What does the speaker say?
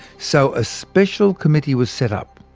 so a special committee was set up,